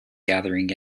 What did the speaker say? gathering